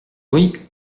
oui